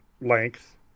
length